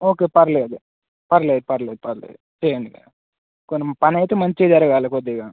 okay పర్లేదు పర్లేదు పర్లేదు పర్లేదు చేయండి ఇక కొంచెం పని అయితే మంచిగా జరగాలి కొద్దిగా